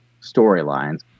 storylines